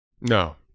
No